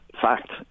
fact